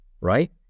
right